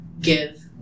give